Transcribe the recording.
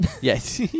Yes